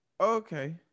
Okay